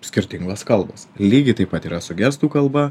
skirtingos kalbos lygiai taip pat yra su gestų kalba